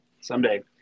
Someday